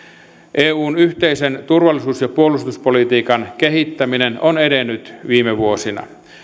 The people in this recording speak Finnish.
eun yhteisen turvallisuus ja puolustuspolitiikan kehittäminen on edennyt viime vuosina